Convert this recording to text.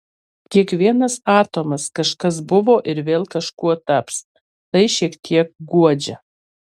kiekvienas atomas kažkas buvo ir vėl kažkuo taps tai šiek tiek guodžia